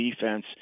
defense